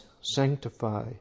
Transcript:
sanctify